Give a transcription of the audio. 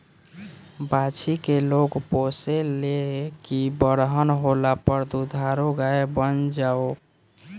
बाछी के लोग पोसे ले की बरहन होला पर दुधारू गाय बन जाओ